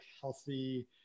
healthy